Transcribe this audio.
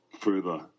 further